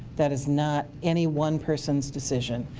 that is not any one persons decision.